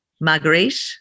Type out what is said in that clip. Marguerite